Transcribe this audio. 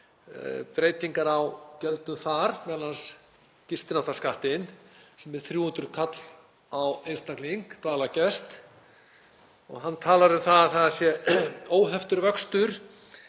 breytingar á gjöldum þar, m.a. gistináttaskattinn sem er 300 kr. á einstakling, dvalargest. Hann talar um að það sé óheftur vöxtur